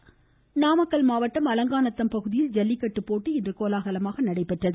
ஜல்லிக்கட்டு நாமக்கல் மாவட்டம் அலங்காநத்தம் பகுதியில் ஜல்லிக்கட்டு போட்டி இன்று கோலாகலமாக நடைபெற்றது